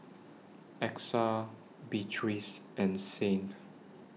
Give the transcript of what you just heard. Exa Beatriz and Saint